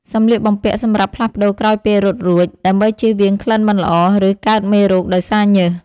សម្លៀកបំពាក់សម្រាប់ផ្លាស់ប្តូរក្រោយពេលរត់រួច ដើម្បីជៀសវាងក្លិនមិនល្អ ឬ កើតមេរោគដោយសារញើស។